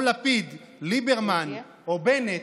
גם עם אנרכיסטים כמו לפיד, ליברמן או בנט,